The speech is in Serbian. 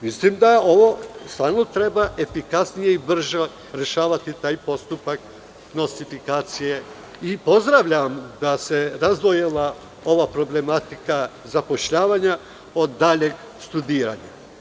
Mislim da stvarno treba efikasnije i brže rešavati taj postupak nostrifikacije i pozdravljam da se razdvojila ova problematika zapošljavanja od daljeg studiranja.